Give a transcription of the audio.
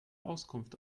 auskunft